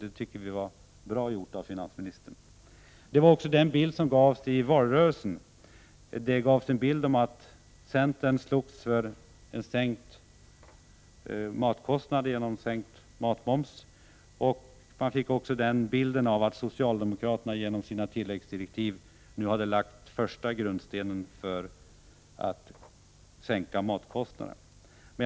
Det tycker vi var bra gjort av finansministern. I valrörelsen slogs centern för sänkta matkostnader genom sänkt matmoms. Det gavs också en bild av att socialdemokraterna genom sina tilläggsdirektiv nu hade lagt första grundstenen för att sänka matkostnaderna.